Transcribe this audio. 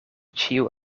ĉiu